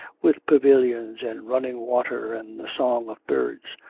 with pavilions, and running water and the song of birds.